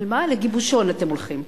אבל מה, לגיבושון אתם הולכים.